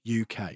UK